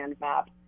Map